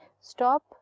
Stop